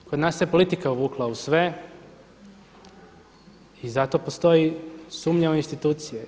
Kod nas se politika uvukla u sve i zato postoji sumnja u institucije.